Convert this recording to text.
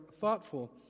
thoughtful